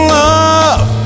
love